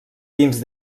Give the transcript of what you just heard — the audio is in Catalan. dins